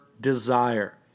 desire